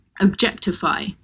objectify